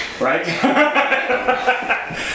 Right